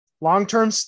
long-term